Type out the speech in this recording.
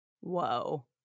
Whoa